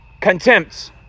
contempt